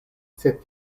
sed